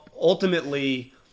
Ultimately